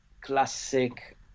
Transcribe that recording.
classic